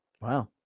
Wow